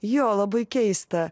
jo labai keista